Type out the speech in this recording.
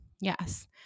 Yes